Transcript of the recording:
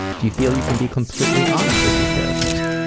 do you feel you can be completely honest with your therapist?